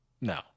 No